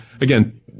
again